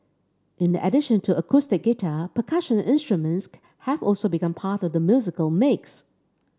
in addition to acoustic guitar percussion instruments have also become part of the musical mix